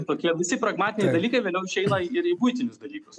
tokie visi pragmatiniai dalykai vėliau išeina ir į buitinius dalykus